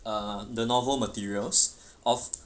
uh the novel materials of